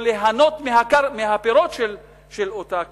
או ליהנות מהפירות של אותה קרקע.